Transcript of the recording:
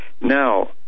Now